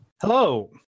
Hello